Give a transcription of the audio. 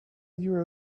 your